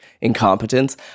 incompetence